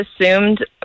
assumed